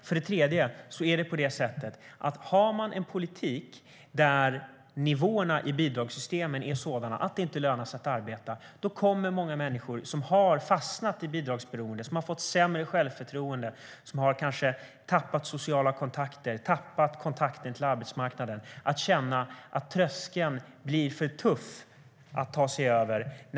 För det tredje är det på det sättet att har man en politik där nivåerna i bidragssystemen är sådana att det inte lönar sig att arbeta kommer många människor som har fastnat i bidragsberoende, som har fått sämre självförtroende, som kanske har tappat sociala kontakter och tappat kontakten med arbetsmarknaden att känna att tröskeln blir för tuff att ta sig över.